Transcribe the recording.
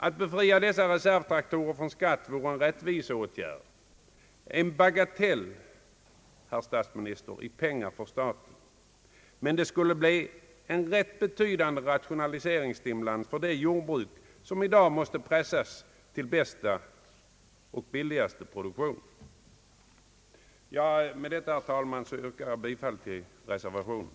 Att befria dessa reservtraktorer från skatt vore en rättviseåtgärd och en bagatell för staten i pengar räknat, herr finansminister. Men det skulle bli en betydande rationaliseringsstimulans för det jordbruk som i dag måste pressas till bästa och billigaste produktion. Med detta, herr talman, yrkar jag bifall till reservationen.